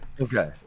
Okay